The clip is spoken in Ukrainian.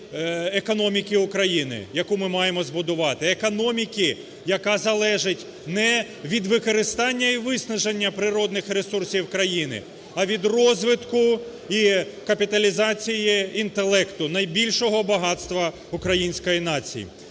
економіки України, яку ми маємо збудувати, економіки, яка залежить не від використання і виснаження природних ресурсів країни, а від розвитку і капіталізації інтелекту, найбільшого багатства української нації.